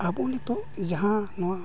ᱟᱵᱚ ᱱᱤᱛᱚᱜ ᱡᱟᱦᱟᱸ ᱱᱚᱣᱟ